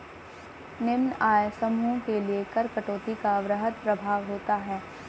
निम्न आय समूहों के लिए कर कटौती का वृहद प्रभाव होता है